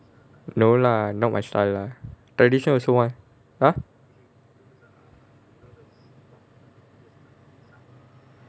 no lah not my style lah tradition also want !huh!